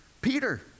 Peter